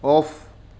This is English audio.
off